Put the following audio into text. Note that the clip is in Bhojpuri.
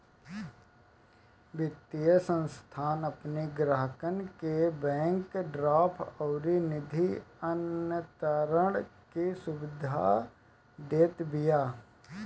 वित्तीय संस्थान अपनी ग्राहकन के बैंक ड्राफ्ट अउरी निधि अंतरण के भी सुविधा देत बिया